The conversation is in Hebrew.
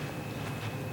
סעיפים 1 4